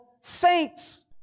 saints